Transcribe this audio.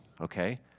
okay